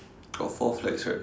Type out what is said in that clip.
got four flags right